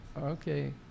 Okay